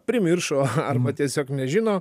primiršo arba tiesiog nežino